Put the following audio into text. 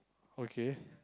okay